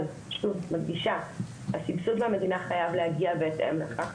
אבל אני מדגישה שהסבסוד מהמדינה חייב להגיע בהתאם לכך.